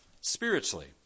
spiritually